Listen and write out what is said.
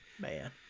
Man